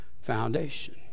foundation